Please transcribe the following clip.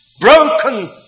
Broken